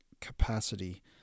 capacity